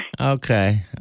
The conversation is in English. Okay